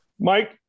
Mike